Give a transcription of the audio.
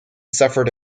suffered